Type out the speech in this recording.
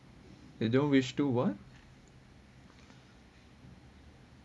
they don't wish to [what]